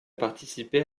participé